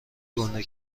گنده